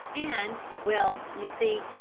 and well, you see,